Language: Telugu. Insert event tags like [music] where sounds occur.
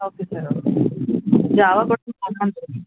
ఓకే సార్ ఓకే జావా కూడా [unintelligible]